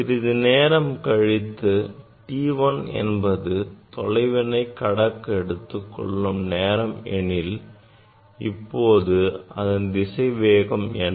சிறிது நேரம் கழித்து t1 என்பது தொலைவினை கடக்க எடுத்துக் கொள்ளும் நேரம் எனில் இப்போது அதன் திசைவேகம் என்ன